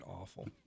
awful